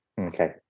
Okay